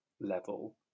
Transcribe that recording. level